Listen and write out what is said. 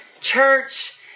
church